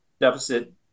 deficit